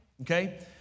okay